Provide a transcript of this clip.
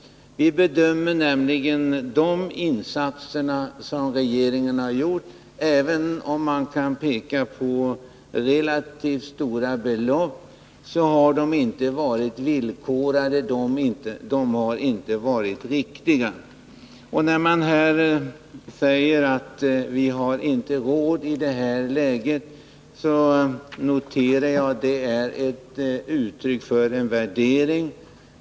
Vi bedömer nämligen de insatser som regeringen har gjort — även om man kan peka på relativt stora belopp — som mindre effektiva. De har inte varit förenade med något villkor. När det sägs att vi i det här läget inte har råd, noterar jag att det är ett uttryck för en värdering.